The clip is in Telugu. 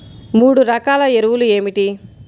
మూడు రకాల ఎరువులు ఏమిటి?